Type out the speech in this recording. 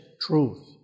truth